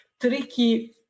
tricky